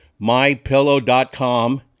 mypillow.com